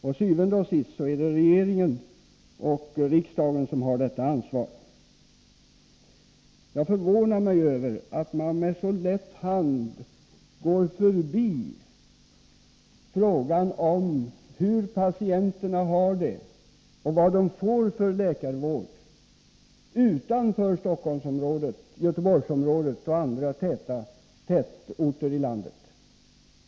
Til syvende og sidst är det regeringen och riksdagen som har detta ansvar. Jag förvånar mig över att man med så lätt hand går förbi frågan om hur patienterna har det och vilken läkarvård de får utanför Stockholmsområdet, Göteborgsområdet och andra tätortsområden i landet.